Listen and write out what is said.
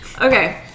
okay